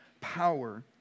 power